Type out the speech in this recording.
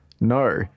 No